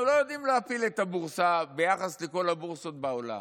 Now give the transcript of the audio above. אנחנו לא יודעים להפיל את הבורסה ביחס לכל הבורסות בעולם.